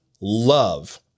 love